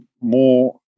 more